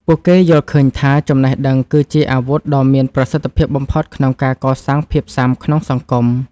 ពួកគេយល់ឃើញថា ចំណេះដឹងគឺជាអាវុធដ៏មានប្រសិទ្ធភាពបំផុតក្នុងការកសាងភាពស៊ាំក្នុងសង្គម។